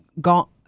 gone